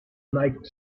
neigt